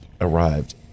arrived